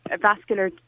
vascular